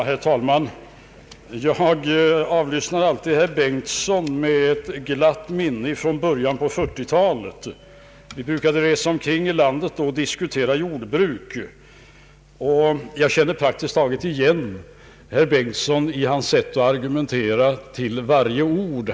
Herr talman! Jag lyssnar alltid till herr Bengtson med ett glatt minne från början av 1940-talet. Vi brukade resa omkring i landet och diskutera jordbruk. Jag känner faktiskt igen varje ord i herr Bengtsons sätt att argumentera.